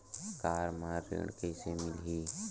Car म ऋण कइसे मिलही?